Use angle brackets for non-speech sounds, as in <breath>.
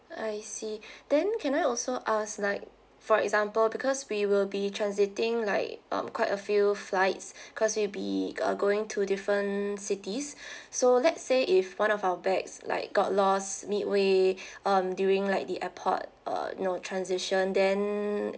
I see <breath> then can I also ask like for example because we will be transiting like um quite a few flights <breath> cause we'll be uh going to different cities <breath> so let's say if one of our bags like got lost mid-way <breath> um during like the airport uh you know transition then